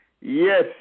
Yes